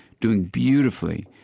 doing beautifully,